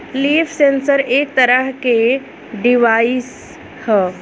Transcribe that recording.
leaf sensor एक तरह के के डिवाइस ह